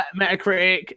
Metacritic